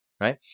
right